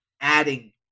adding